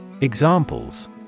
Examples